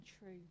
true